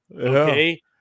Okay